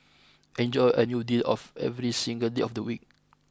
enjoy a new deal of every single day of the week